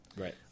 Right